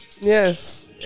Yes